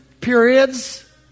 periods